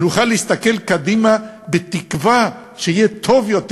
שנוכל להסתכל קדימה בתקווה שיהיה טוב יותר,